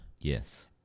Yes